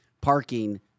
parking